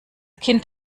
kind